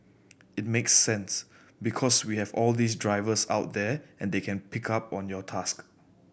it makes sense because we have all these drivers out there and they can pick up on your task